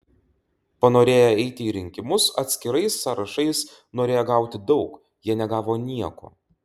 panorėję eiti į rinkimus atskirais sąrašais norėję gauti daug jie negavo nieko